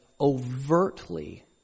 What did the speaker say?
overtly